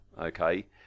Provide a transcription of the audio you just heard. okay